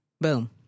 Boom